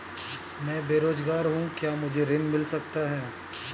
मैं बेरोजगार हूँ क्या मुझे ऋण मिल सकता है?